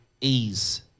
ease